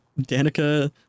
Danica